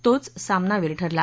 तोच सामनावीर ठरला